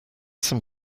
some